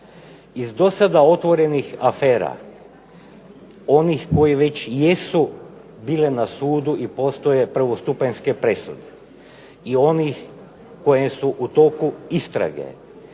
Iz do sada otvorenih afera one koje već jesu bile na sudu i postoje prvostupanjske presude i onih kojim su u toku istrage